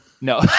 No